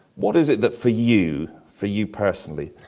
what is it that for you, for you personally,